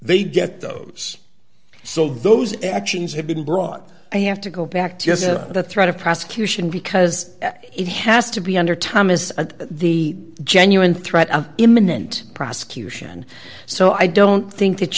get those so those actions have been brought i have to go back to the threat of prosecution because it has to be under thomas and the genuine threat of imminent prosecution so i don't think that